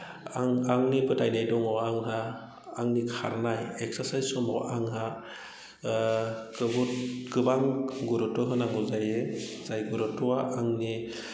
आं आंनि फोथायनाय दङ आंहा आंनि खारनाय एक्सारसाइस समाव आंहा जोबोद गोबां गुरुत्त' होनांगौ जायो जाय गुरुत्त'आ आंनि